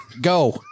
Go